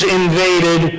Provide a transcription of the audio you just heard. invaded